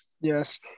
Yes